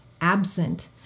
absent